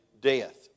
death